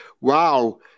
wow